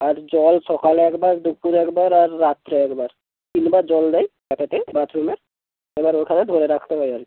আর জল সকালে একবার দুপুরে একবার আর রাত্রে একবার তিনবার জল দেয় ওটাতে বাথরুমে এবার ওখানে ভরে রাখতে হয় আর কি